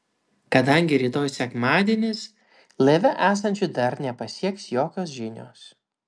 kadangi rytoj sekmadienis laive esančių dar nepasieks jokios žinios